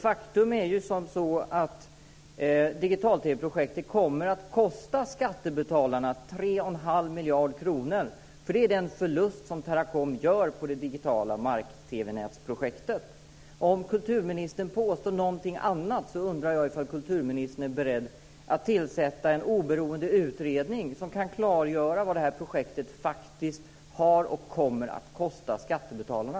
Faktum är att digital-TV-projektet kommer att kosta skattebetalarna tre och en halv miljarder kronor. Det är den förlust som Teracom gör på det digitala mark Om kulturministern påstår något annat undrar jag om kulturministern är beredd att tillsätta en oberoende utredning som kan klargöra vad det här projektet faktiskt har kostat och kommer att kosta skattebetalarna.